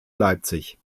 leipzig